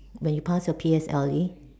when you pass your P_S_L_E